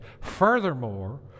furthermore